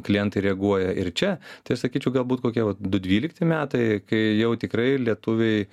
klientai reaguoja ir čia tai aš sakyčiau galbūt kokie va du dvylikti metai kai jau tikrai lietuviai